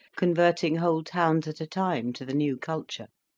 converting whole towns at a time to the new culture.